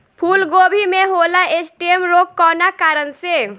फूलगोभी में होला स्टेम रोग कौना कारण से?